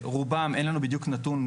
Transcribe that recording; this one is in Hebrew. כשרובם אין לנו בדיוק נתון,